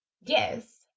Yes